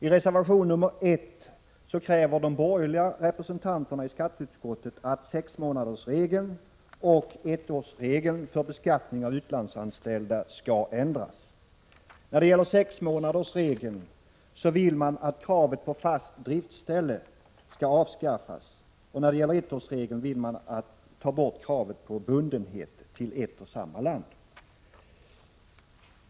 I reservation nr 1 kräver de borgerliga representanterna i skatteutskottet att sexmånadersregeln och ettårsregeln för beskattning av utlandsanställda skall ändras. När det gäller sexmånadersregeln vill man att kravet på fast driftsställe skall avskaffas, och när det gäller ettårsregeln vill man ta bort kravet på bundenhet till ett och samma land.